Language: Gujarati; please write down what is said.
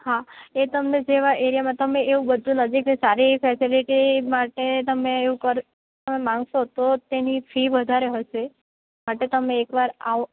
હા એ તમને જેવા એરિયામાં તમે એવું બધું નજીક સારી ફેસિલિટી માટે તમે એવું કરવા માંગશો તો તેની ફી વધારે હશે માટે તમે એકવાર આવો